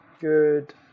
good